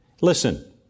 listen